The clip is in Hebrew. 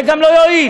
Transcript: זה גם לא יועיל.